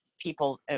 people